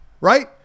right